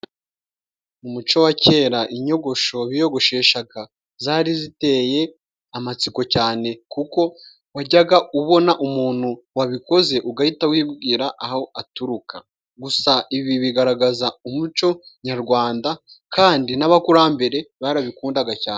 Mu muco wa kera inyogosho biyogosheshaga zari ziteye amatsiko cyane, kuko wajyaga ubona umuntu wabikoze ugahita wibwira aho aturuka. Gusa ibi bigaragaza umuco nyarwanda, kandi n'abakurambere barabikundaga cyane.